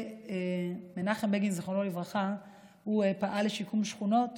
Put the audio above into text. מנחם בגין, זיכרונו לברכה, פעל לשיקום שכונות.